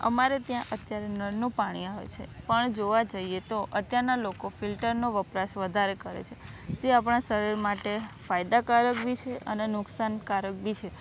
અમારે ત્યાં અત્યારે નળનું પાણી આવે છે પણ જોવા જઈએ તો અત્યારના લોકો ફિલ્ટરનો વપરાશ વધારે કરે છે તે આપણા શરીર માટે ફાયદાકારક બી છે અને નુકસાનકારક બી છે